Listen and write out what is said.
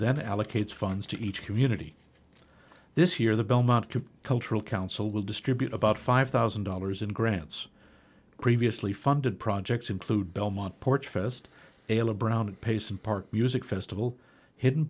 then allocates funds to each community this year the belmont cultural council will distribute about five thousand dollars in grants previously funded projects include belmont port fest ala brown and paste and park music festival hidden